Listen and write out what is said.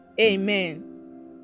amen